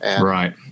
Right